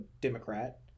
Democrat